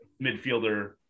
midfielder